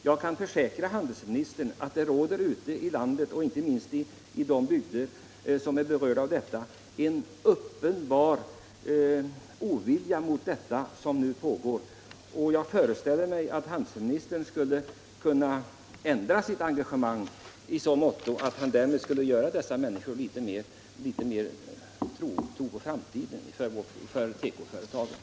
Jag kan försäkra handelsministern att det ute i landet och inte minst i de bygder som är berörda råder en uppenbar ovilja mot det som nu pågår. Jag föreställer mig att handelsministern skulle kunna ändra sitt engagemang i så måtto att han skulle kunna inge dessa människor litet mera tro på framtiden när det gäller tekoföretagen.